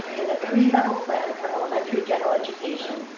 in the three level plan for elementary general education,